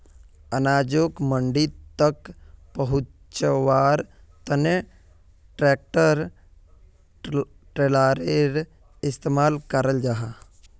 अनाजोक मंडी तक पहुन्च्वार तने ट्रेक्टर ट्रालिर इस्तेमाल कराल जाहा